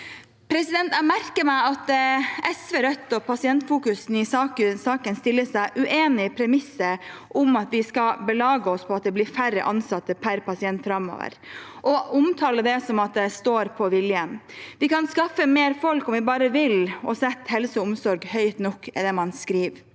Jeg merker meg at SV, Rødt og Pasientfokus i saken stiller seg uenig i premisset om at vi skal belage oss på at det blir færre ansatte per pasient framover, og omtaler det som at det står på viljen. Vi kan skaffe mer folk om vi bare vil, og sette helse og omsorg høyt nok, er det man skriver.